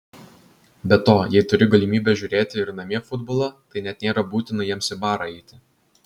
be to jei turi galimybę žiūrėti ir namie futbolą tai net nėra būtina jiems į barą eiti